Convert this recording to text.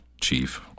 chief